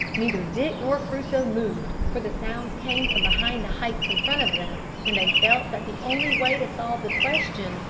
neither dick nor crusoe moved, for the sounds came from behind the heights in front of them, and they felt that the only way to solve the question,